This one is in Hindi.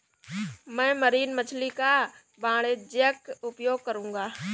मैं मरीन मछली का वाणिज्यिक उपयोग करूंगा